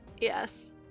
Yes